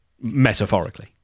metaphorically